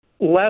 Less